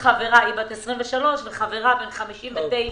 הייתי מאוד שמחה אם היו מקצים לזה כסף.